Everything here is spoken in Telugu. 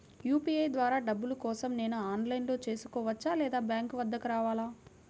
యూ.పీ.ఐ ద్వారా డబ్బులు కోసం నేను ఆన్లైన్లో చేసుకోవచ్చా? లేదా బ్యాంక్ వద్దకు రావాలా?